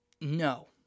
No